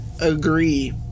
agree